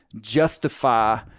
justify